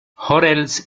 hotels